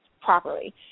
properly